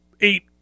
eight